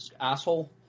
asshole